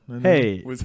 Hey